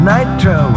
Nitro